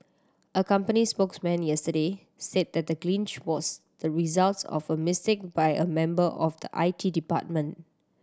a company spokesman yesterday said that the was the results of a mistake by a member of the I T department